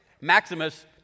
maximus